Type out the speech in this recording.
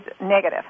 negative